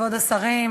כבוד השרים,